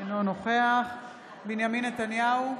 אינו נוכח בנימין נתניהו,